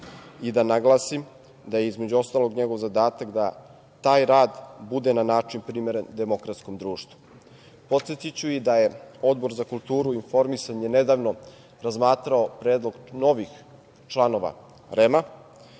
i da naglasim da je, između ostalog, njegov zadatak da taj rad bude na način primeren demokratskom društvu. Podsetiću da je Odbor za kulturu i informisanje nedavno razmatrao predlog novih članova REM-a